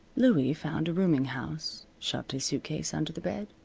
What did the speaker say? louie found a rooming-house, shoved his suitcase under the bed,